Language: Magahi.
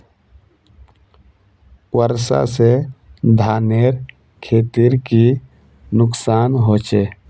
वर्षा से धानेर खेतीर की नुकसान होचे?